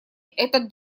этот